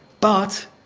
but,